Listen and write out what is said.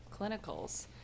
clinicals